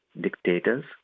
dictators